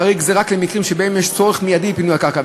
חריג זה רק למקרים שבהם יש צורך מיידי בפינוי הקרקע,